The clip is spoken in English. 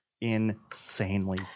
insanely